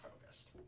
focused